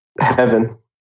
heaven